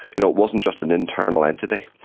you know it wasn't just an internal entity,